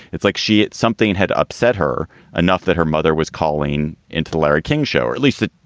it's like she it's something had upset her enough that her mother was calling into larry king show, or at least that